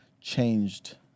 changed